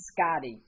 Scotty